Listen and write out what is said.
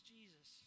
Jesus